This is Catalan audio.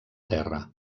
terra